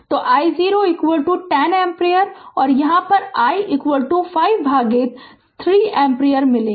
तो i0 10 ampere और यहाँ i 5 भागित 3 एम्पीयर मिलेगा